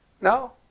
No